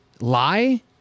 lie